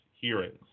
hearings